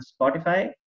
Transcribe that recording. Spotify